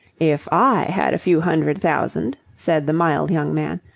if i had a few hundred thousand, said the mild young man,